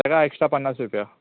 ताका एक्स्ट्रा पन्नास रुपया